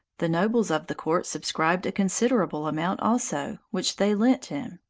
the nobles of the court subscribed a considerable amount, also, which they lent him.